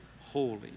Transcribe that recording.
holy